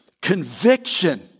conviction